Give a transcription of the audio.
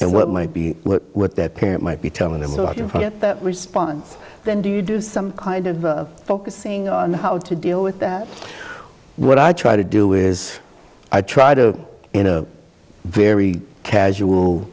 and what might be what that parent might be telling them for get that response then do you do some kind of focusing on how to deal with that what i try to do is i try to in a very casual